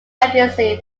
agency